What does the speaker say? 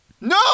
No